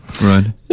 Right